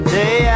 day